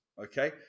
okay